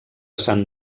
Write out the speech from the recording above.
sant